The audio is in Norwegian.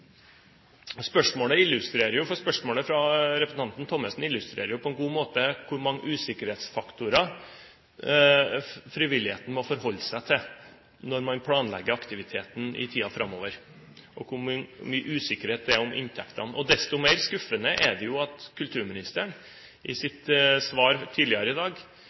Spørsmålet fra representanten Thommessen illustrerer på en god måte hvor mange usikkerhetsfaktorer frivilligheten må forholde seg til når man planlegger aktiviteten i tiden framover, og hvor mye usikkerhet det er om inntektene. Desto mer skuffende er det jo at kulturministeren i sitt svar tidligere i dag